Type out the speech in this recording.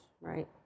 Right